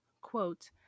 quote